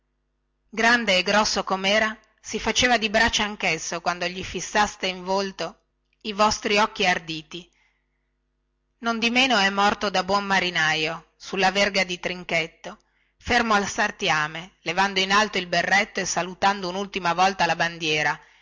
grande e grosso comera si faceva di brace anchesso quando gli fissaste in volto i vostri occhi arditi nondimeno è morto da buon marinaio sulla verga di trinchetto fermo al sartiame levando in alto il berretto e salutando unultima volta la bandiera